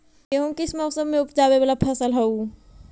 गेहूं किस मौसम में ऊपजावे वाला फसल हउ?